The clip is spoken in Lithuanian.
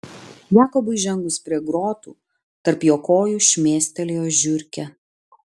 jakobui žengus prie grotų tarp jo kojų šmėstelėjo žiurkė